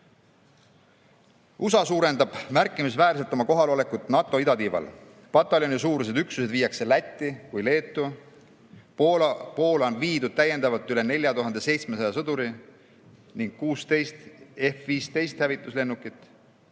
USA suurendab märkimisväärselt oma kohalolekut NATO idatiival. Pataljonisuurused üksused viiakse Lätti või Leetu. Poolasse on viidud täiendavalt üle 4700 sõduri ning 16 F‑15 hävituslennukit.